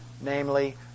Namely